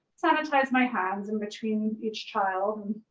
sanitize my hands in between each child